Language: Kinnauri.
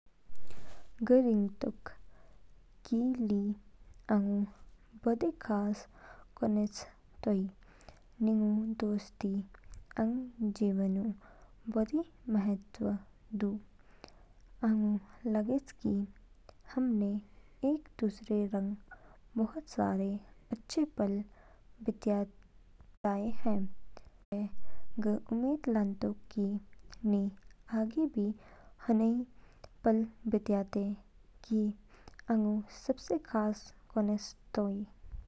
गं रिंगतोक कि लीआंगू बोदी खास कोनेच तोई । निगू दोस्ती अंग जीवनऊ बोदी महत्व दू। आंगू लगेच कि हमने एक दूसरे रंग बहुत सारे अच्छे पल बिताए हैं ऐ ग उम्मीद लानतोक कि नी आगे भी होनेसइ पल बितयाते। कि आगू सबसे खास कोनेच तोई।